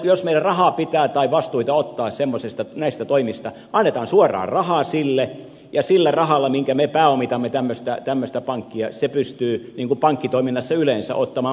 jos meidän pitää rahaa antaa tai vastuita ottaa näistä toimista annetaan suoraan rahaa sille ja sillä rahalla millä me pääomitamme tämmöistä pankkia se pystyy niin kuin pankkitoiminnassa yleensä ottamaan markkinoilta sitten huomattavan paljon enemmän